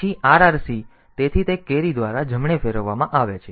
પછી આરઆરસી તેથી તે કેરી દ્વારા જમણે ફેરવવામાં આવે છે